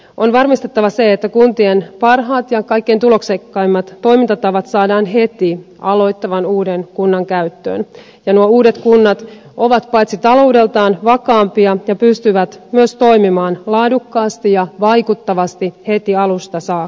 on varmistettava se että kuntien parhaat ja kaikkein tuloksekkaimmat toimintatavat saadaan heti uuden aloittavan kunnan käyttöön ja nuo uudet kunnat ovat paitsi taloudeltaan vakaampia pystyvät myös toimimaan laadukkaasti ja vaikuttavasti heti alusta saakka